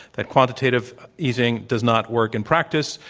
that quantitative easing does not work in practice,